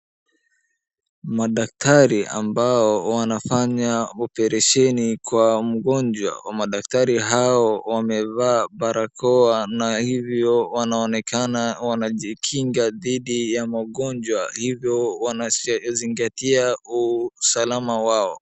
Madaktari ambao wanafanya operesheni kwa mgonjwa madaktari hao wamevaa barakoa na hivyo wanaonekana wanajikinga dhidi ya magonjwa hivyo wanazingatia usalama wao.